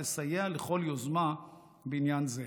ותסייע לכל יוזמה בעניין זה.